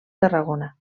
tarragona